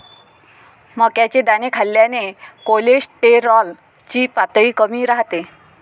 मक्याचे दाणे खाल्ल्याने कोलेस्टेरॉल ची पातळी कमी राहते